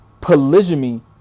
polygamy